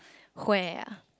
where ah